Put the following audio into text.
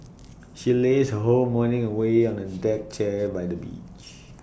she lazed her whole morning away on A deck chair by the beach